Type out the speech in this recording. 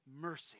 mercy